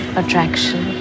attraction